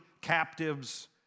captives